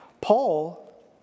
Paul